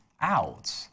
out